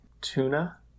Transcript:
tuna